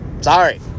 Sorry